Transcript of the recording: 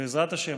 בעזרת השם,